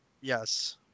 yes